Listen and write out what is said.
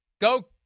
Go